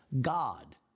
God